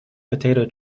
potato